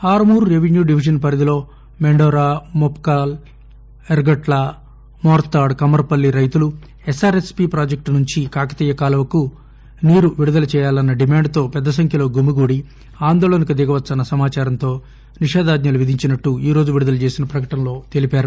Armoor revenue division పరిధిలో మెండోరా ముప్కాల్ ఎర్గట్ల మోర్తాడ్ కమ్మరపల్లి రైతులు SRSP project నుంచి కాకతీయ కాలువకు ఏరు విడుదల చేయాలన్న డిమాండ్తో పెద్దసంఖ్యలో గుమిగూడి ఆందోళనకు దిగవచ్చన్న సమాచారంతో ఆ నిషేధాజ్లలు విధించినట్టు ఈరోజు విడుదల చేసిన ప్రకటనలో తెలిపారు